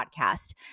podcast